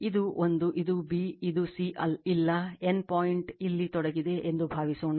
ಇದು ಒಂದು ಇದು b ಇದು c ಇಲ್ಲ N ಪಾಯಿಂಟ್ ಇಲ್ಲಿ ತೊಡಗಿದೆ ಎಂದು ಭಾವಿಸೋಣ